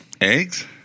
eggs